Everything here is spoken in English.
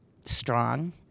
strong